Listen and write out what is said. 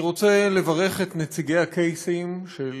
אני רוצה לברך את נציגי הקייסים של